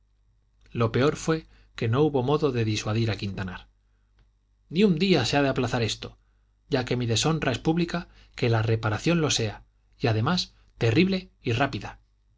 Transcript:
lo peor fue que no hubo modo de disuadir a quintanar ni un día se ha de aplazar esto ya que mi deshonra es pública que la reparación lo sea y además terrible y rápida